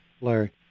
Larry